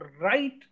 right